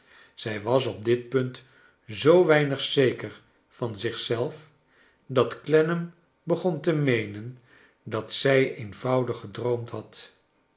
zij was op dit punt zoo weinig zeker van zich zelf dat clennam begon te meenen dat zij eenvoudig gedroomd had